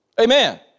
Amen